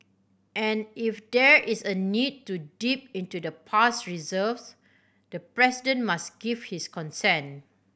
and if there is a need to dip into the past reserves the President must give his consent